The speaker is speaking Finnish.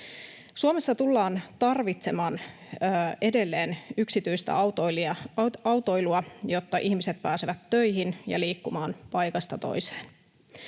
Suomessa tullaan tarvitsemaan edelleen yksityistä autoilua, jotta ihmiset pääsevät töihin ja liikkumaan paikasta toiseen.